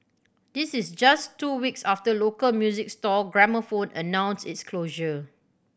this is just two weeks after local music store Gramophone announced its closure